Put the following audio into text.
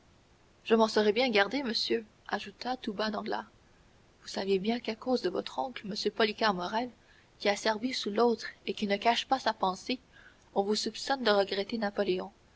je m'en serais bien gardé monsieur ajouta tout bas danglars vous savez bien qu'à cause de votre oncle m policar morrel qui a servi sous l'autre et qui ne cache pas sa pensée on vous soupçonne de regretter